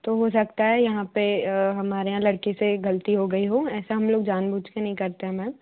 तो हो सकता हैं यहाँ पर हमारे यहाँ लड़के से ग़लती हो गई हो ऐसा हम लोग जानबूझ के नहीं करते हैं मैम